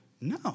No